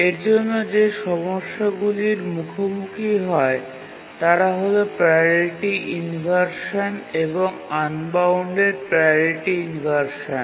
এর জন্য যে সমস্যাগুলির মুখোমুখি হয় তারা হল প্রাওরিটি ইনভারশান এবং আনবাউন্ডেড প্রাওরিটি ইনভারশান